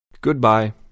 Goodbye